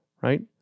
right